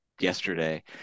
yesterday